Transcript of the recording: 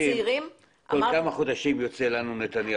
כל כמה חודשים יוצא נתניהו,